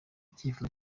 cyifuzo